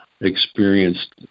experienced